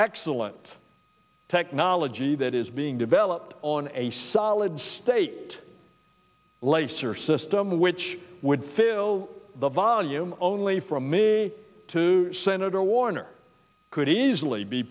excellent technology that is being developed on a solid state laser system which would fill the volume only from a to senator warner could easily be